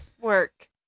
Work